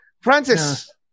Francis